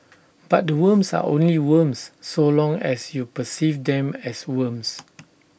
but the worms are only worms so long as you perceive them as worms